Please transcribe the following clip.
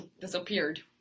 Disappeared